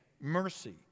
mercy